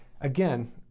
again